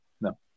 No